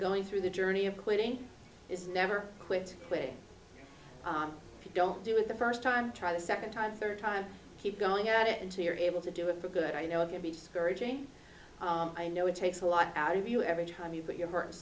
going through the journey of quitting is never quit quit you don't do it the first time try the second time third time keep going at it and to your able to do it for good i know it can be discouraging i know it takes a lot out of you every time you put your